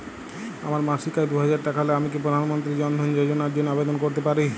আমার মাসিক আয় দুহাজার টাকা হলে আমি কি প্রধান মন্ত্রী জন ধন যোজনার জন্য আবেদন করতে পারি?